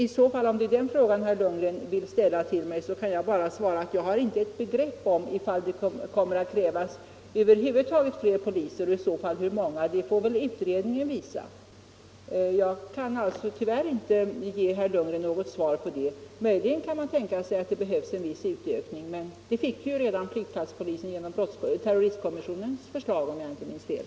I så fall kan jag svara att jag inte har något begrepp om huruvida det över huvud taget kommer att krävas fler poliser och ännu mindre om hur många det skulle vara. Det får väl utredningen visa; jag kan tyvärr inte ge herr Lundgren något svar. Möjligen kan man tänka sig att det behövs en viss utökning, men det har flygplatspolisen redan fått genom terroristkommissionens förslag om jag inte minns fel.